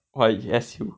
!wah! you S_U